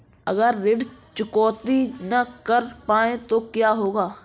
अगर ऋण चुकौती न कर पाए तो क्या होगा?